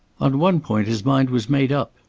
on one point his mind was made up.